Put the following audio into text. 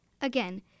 Again